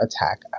attack